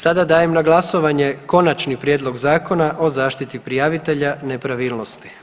Sada dajem na glasovanje Konačni prijedlog Zakona o zaštiti prijavitelja nepravilnosti.